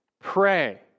pray